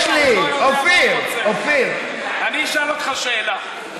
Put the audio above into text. יש לי, אופיר, אופיר, אני אשאל אותך שאלה.